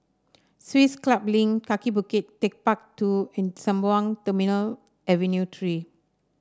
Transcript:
Swiss Club Link Kaki Bukit TechparK Two and Sembawang Terminal Avenue Three